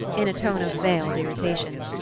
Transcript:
in a tone of veiled irritation.